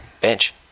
Bench